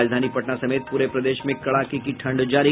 राजधानी पटना समेत पूरे प्रदेश में कड़ाके की ठंड जारी